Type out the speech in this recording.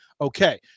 okay